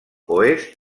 oest